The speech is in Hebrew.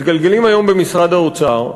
מתגלגלים היום במשרד האוצר,